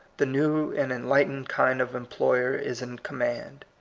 the new and enlightened kind of employer is in command.